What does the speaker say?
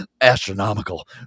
astronomical